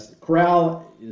Corral